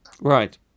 Right